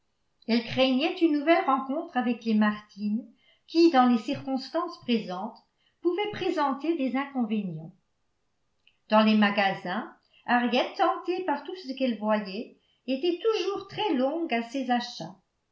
elle craignait une nouvelle rencontre avec les martin qui dans les circonstances présentes pouvait présenter des inconvénients dans les magasins henriette tentée par tout ce qu'elle voyait était toujours très longue à ses achats